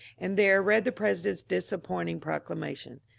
and there read the president's disappointing proclamation.